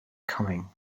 coming